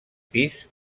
pis